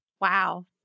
Wow